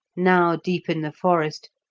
now deep in the forest,